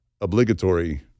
obligatory